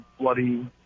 bloody